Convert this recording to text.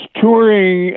touring